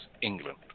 England